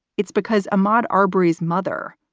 it's because a mod are berry's mother,